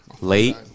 late